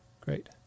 Great